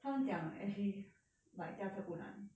他们讲 actually like 驾车不难